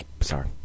Sorry